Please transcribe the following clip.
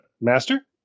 Master